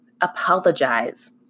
Apologize